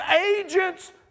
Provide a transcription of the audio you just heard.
agents